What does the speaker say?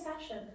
session